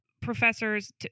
professors